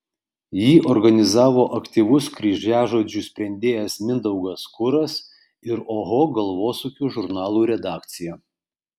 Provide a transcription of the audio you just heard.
jį organizavo aktyvus kryžiažodžių sprendėjas mindaugas kuras ir oho galvosūkių žurnalų redakcija